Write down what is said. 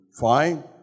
Fine